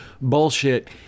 bullshit